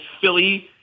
Philly